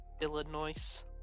Illinois